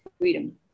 freedom